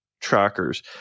trackers